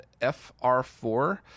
FR4